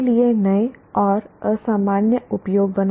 के लिए नए और असामान्य उपयोग बनाएं